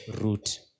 root